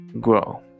grow